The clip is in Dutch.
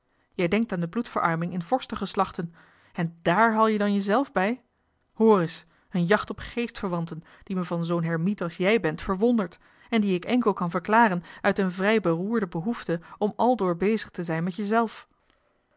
jij denkt aan de bloedverarming in vorstengeslachten en dààr haal je dan jezelf bij hoor es een jacht op geestverwanten die me van zoo'n hermiet als jij bent verwondert en die ik enkel kan verklaren uit een vrij beroerde behoefte om aldoor bezig te zijn met jezelf